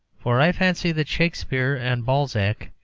for i fancy that shakespeare and balzac,